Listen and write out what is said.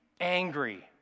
angry